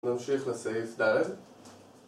נמשיך לסעיף ד'